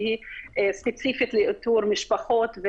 שהיא ספציפית לאיתור משפחות,